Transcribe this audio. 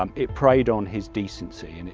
um it preyed on his decency, and and